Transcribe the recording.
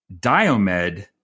Diomed